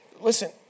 listen